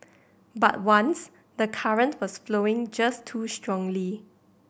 but once the current was flowing just too strongly